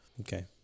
okay